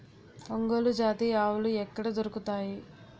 ఒంగోలు జాతి ఆవులు ఎక్కడ దొరుకుతాయి?